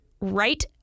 right